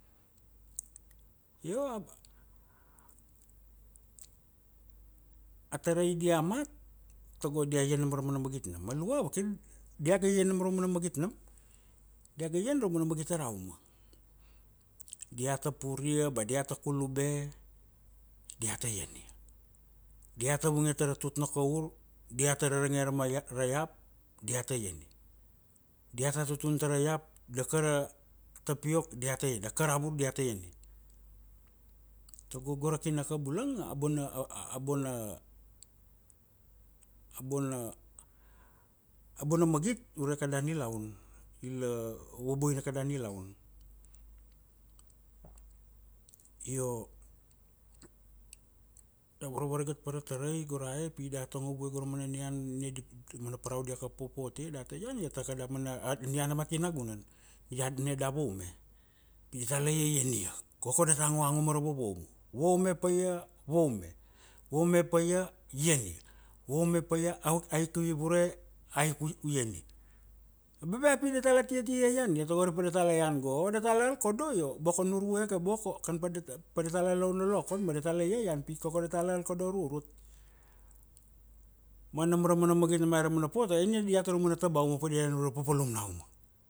io a tarai dia mat tago dia ian nam ra mana magit nam ma lua wakir diaga ian nam ra mana magit nam. diaga ian ra mana magit tara uma. diata pur ia ba diata kulube, diata ian ia. diata vung ia tara tut na kaur, diata rarangia arama ia ra iap diata ian ia. diata tutun tara iap, da ka ra tapiok, diata ian ia, da kar ra vudu, diata ian ia, tago go ra kinaka bulang a bona bona bona bona magit ure kada nilaun. ila waboina kada nilaun. io iau warawaragat para tarai go ra e pi diata ngo vue gora mana nian nina amana Parau dia kap wapopot ia, data ian iat takada mana nian mati nagunan iat ni da vaume pi datala iaian ia koko datal ngoango mara wawauma, vaume pa ia, waume. waume pa ia, ian ia, waume pa ia aik u ivure, aik u ian ia. Baba pi datala tia ti iaian iat tago ari pi pa datala ian go datala al kodo io boko nurvueke boko kan ba datal padatala laun lolokon ma datala iaian pi koko datala al kodo rurut. ma nam ra mana magit nama ra mana po otoi ai nina diat ra mana tabaua pa dia nunure ra papalum na uma.